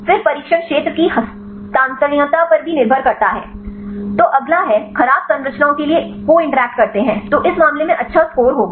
फिर प्रशिक्षण सेट की हस्तांतरणीयता पर भी निर्भर करता है तो अगला है खराब संरचनाओं के लिए कोइंटरैक्ट करते हैं तो इस मामले में अच्छा स्कोर होगा